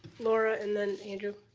laura and then andrew.